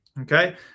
okay